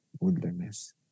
wilderness